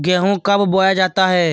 गेंहू कब बोया जाता हैं?